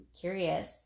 curious